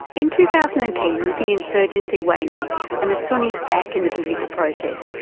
in two thousand and ten with the insurgency waning and the sunnis back in the political process,